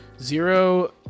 Zero